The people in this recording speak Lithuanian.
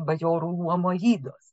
bajorų luomo ydos